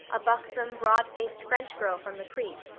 a buxom, broad-faced french girl from the creek,